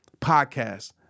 podcast